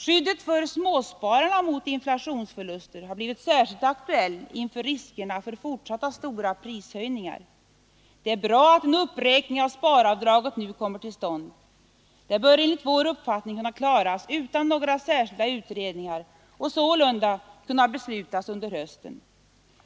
Skyddet för småspararna mot inflationsförluster har blivit särskilt aktuellt inför riskerna för fortsatta stora prishöjningar. Det är bra att en uppräkning av sparavdraget nu kommer till stånd. Det bör enligt vår uppfattning kunna klaras utan några särskilda utredningar och sålunda kunna beslutas under hösten.